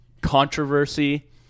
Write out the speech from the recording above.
controversy